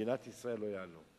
במדינת ישראל לא יעלו.